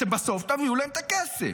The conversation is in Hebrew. אתם בסוף תיתנו להם את הכסף,